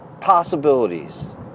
possibilities